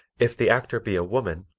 if the actor be a woman,